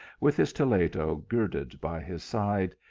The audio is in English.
with his toledo girded by his side,